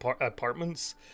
apartments